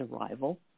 arrival